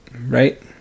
right